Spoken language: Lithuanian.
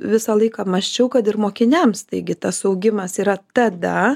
visą laiką mąsčiau kad ir mokiniams taigi tas augimas yra tada